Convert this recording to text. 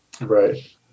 right